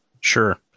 Sure